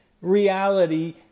reality